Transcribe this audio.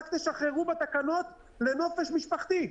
רק תשחררו בתקנות לנופש משפחתי,